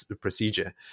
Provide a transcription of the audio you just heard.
procedure